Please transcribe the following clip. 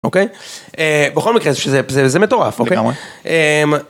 אוקיי, בכל מקרה זה מטורף.